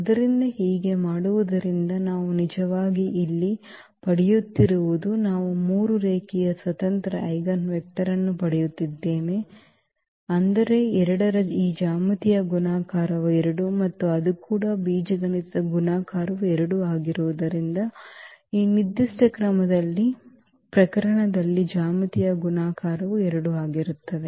ಆದ್ದರಿಂದ ಹೀಗೆ ಮಾಡುವುದರಿಂದ ನಾವು ನಿಜವಾಗಿ ಇಲ್ಲಿ ಪಡೆಯುತ್ತಿರುವುದು ನಾವು 3 ರೇಖೀಯ ಸ್ವತಂತ್ರ ಐಜೆನ್ ವೆಕ್ಟರ್ ಅನ್ನು ಪಡೆಯುತ್ತಿದ್ದೇವೆ ಅಂದರೆ 2 ರ ಈ ಜ್ಯಾಮಿತೀಯ ಗುಣಾಕಾರವು 2 ಮತ್ತು ಅದು ಕೂಡ ಬೀಜಗಣಿತದ ಗುಣಾಕಾರವು 2 ಆಗಿರುವುದರಿಂದ ಈ ನಿರ್ದಿಷ್ಟ ಪ್ರಕರಣದಲ್ಲಿ ಜ್ಯಾಮಿತೀಯ ಗುಣಾಕಾರವು 2 ಆಗಿರುತ್ತದೆ